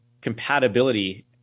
compatibility